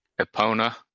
Epona